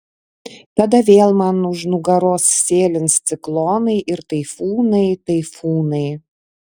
tada vėl man už nugaros sėlins ciklonai ir taifūnai taifūnai